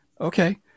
okay